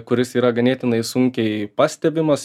kuris yra ganėtinai sunkiai pastebimas